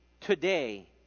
today